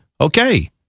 Okay